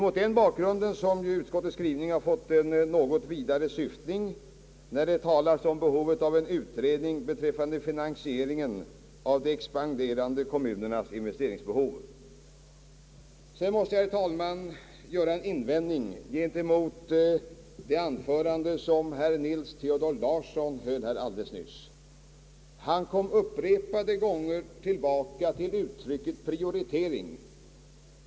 Mot denna bakgrund har utskottets skrivning fått en något vidare syftning när det talas om behovet av utredning beträffande finansieringen av de expanderande kommunernas investeringsbehov. Jag måste, herr talman, göra en invändning gentemot det anförande som herr Nils Theodor Larsson höll här alldeles nyss. Han kom upprepade gånger tillbaka till uttrycket »priorite ring».